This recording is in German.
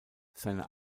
seine